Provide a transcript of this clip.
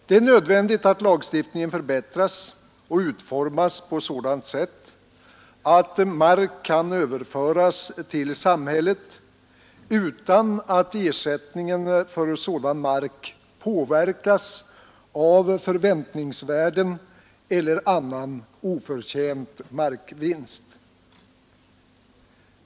Det är nödvändigt att lagstiftningen förbättras och utformas på sådant sätt att mark kan överföras till samhället utan att ersättningen för sådan mark påverkats av förväntningsvärden eller annan oförtjänt markvinst.